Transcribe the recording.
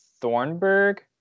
Thornburg